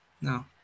No